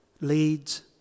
leads